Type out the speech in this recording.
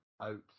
out